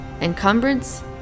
Encumbrance